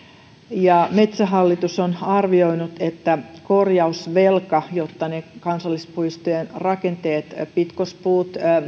metsähallitus on arvioinut että korjausvelka jotta kansallispuistojen rakenteet pitkospuut